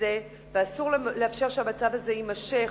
זה ואסור לאפשר שהמצב הזה יימשך